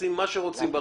עושים מה שרוצים ברחובות.